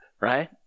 right